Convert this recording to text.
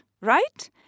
right